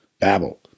babble